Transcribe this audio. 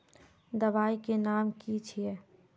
दबाई के नाम की छिए?